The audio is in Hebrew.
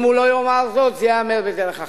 אם הוא לא יאמר זאת, זה ייאמר בדרך אחרת.